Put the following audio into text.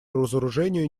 разоружению